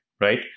right